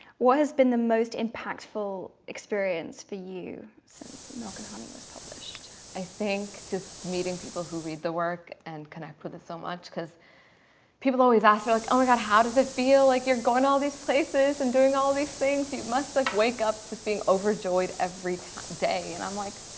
what has been the most impactful? experience for you since milk, and honey was published i think just meeting people who read the work and can i put it so much because people always asked. like oh my god. how does it feel like you're going all these places and doing all these things? you must like wake up just being overjoyed every time day and i'm like